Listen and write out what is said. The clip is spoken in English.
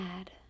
add